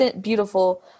beautiful